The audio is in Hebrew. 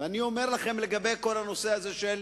ואני אומר לכם לגבי כל הנושא הזה של